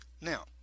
now